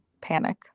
panic